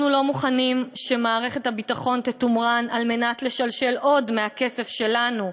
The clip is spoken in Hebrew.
אנחנו לא מוכנים שמערכת הביטחון תתומרן על מנת לשלשל עוד מהכסף שלנו,